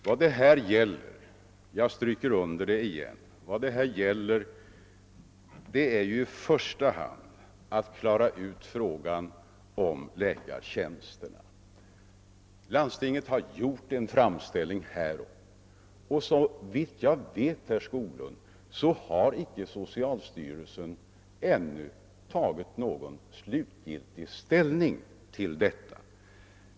Vad det här gäller — jag stryker återigen under det — är i första hand att klara ut frågan om läkartjänsterna. Landstinget har gjort en framställning och såvitt jag vet, herr Skoglund, har socialstyrelsen ännu inte tagit någon slutlig ställning till denna.